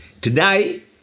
today